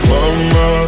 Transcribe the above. Mama